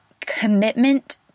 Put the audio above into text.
commitment